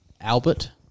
Albert